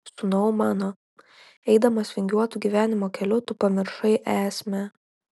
sūnau mano eidamas vingiuotu gyvenimo keliu tu pamiršai esmę